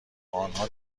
آنها